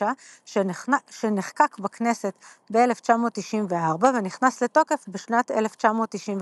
שנחקק בכנסת ב-1994 ונכנס לתוקף בשנת 1995,